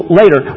later